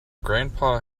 grandpa